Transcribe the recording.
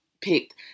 picked